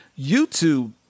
YouTube